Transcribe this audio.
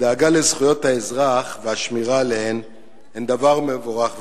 הדאגה לזכויות האזרח והשמירה עליהן הן דבר מבורך וחשוב,